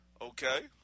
Okay